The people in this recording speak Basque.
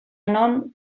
non